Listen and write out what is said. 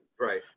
Right